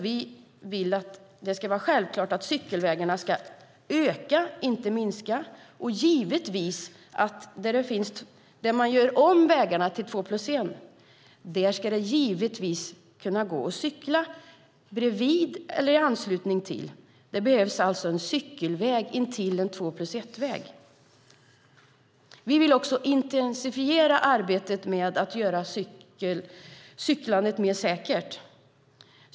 Vi vill att cykelvägarna ska öka, inte minska, och där man gör om vägar till två-plus-ett-vägar ska det givetvis gå att cykla bredvid eller i anslutning till vägen. Det behövs alltså cykelväg intill en två-plus-ett-väg. Vi vill också intensifiera arbetet med att göra cyklandet mer säkert.